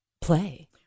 play